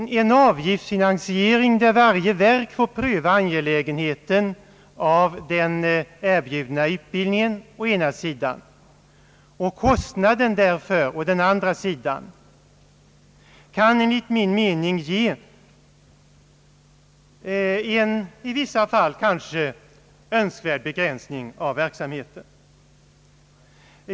En avgiftsfinansiering, där varje myndighet får pröva angelägenheten av den erbjudna utbildningen å ena sidan och kostnaden därför å andra sidan, kan enligt min mening ge en i vissa fall önskvärd begränsning av verksamheten.